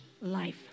life